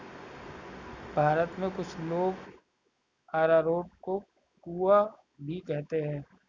भारत में कुछ लोग अरारोट को कूया भी कहते हैं